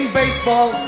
baseball